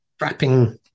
wrapping